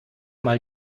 mal